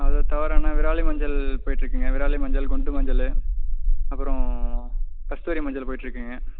அதை தவிரன்னா விராலி மஞ்சள் போய்ட்டு இருக்குங்க விராலி மஞ்சள் குண்டு மஞ்சள் அப்பறம் கஸ்தூரி மஞ்சள் போய்கிட்டு இருக்குங்க